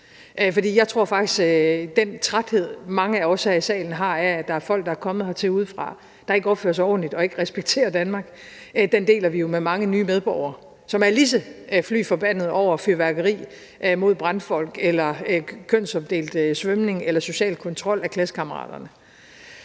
jeg tror faktisk, at den træthed, mange af os her i salen føler over, at der er folk, der er kommet hertil udefra og ikke opfører sig ordentligt og ikke respekterer Danmark, deler vi med mange nye medborgere, som er lige så fly forbandede over fyrværkeri mod brandfolk, kønsopdelt svømning eller social kontrol af klassekammeraterne.